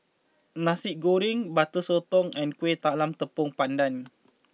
Nasi Goreng Butter Sotong and Kueh Talam Tepong Pandan